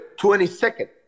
22nd